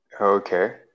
Okay